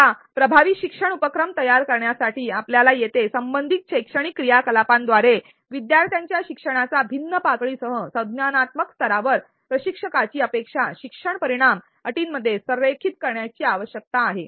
आता प्रभावी शिक्षण उपक्रम तयार करण्यासाठी आपल्याला येथे संबंधित शैक्षणिक क्रियाकलापांद्वारे विद्यार्थ्यांच्या शिक्षणाच्या भिन्न पातळीसह संज्ञानात्मक स्तरावर प्रशिक्षकाची अपेक्षा शिक्षण परिणाम अटीमध्ये संरेखित करण्याची आवश्यकता आहे